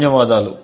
ధన్యవాదాలు